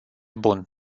bun